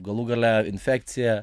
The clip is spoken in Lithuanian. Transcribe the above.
galų gale infekcija